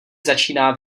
začíná